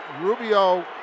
Rubio